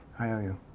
i owe you.